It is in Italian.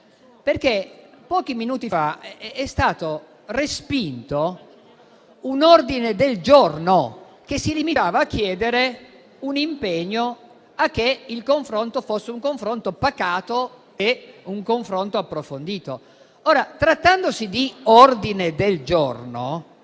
pochi minuti fa, quando è stato respinto un ordine del giorno che si limitava a chiedere un impegno a che il confronto fosse pacato e approfondito. Ora, trattandosi di un ordine del giorno,